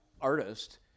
artist